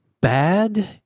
bad